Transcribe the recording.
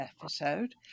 episode